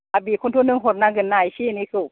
दा बेखौनोथ' नों हरनांगोनना एसे एनैखौ